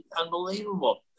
unbelievable